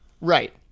Right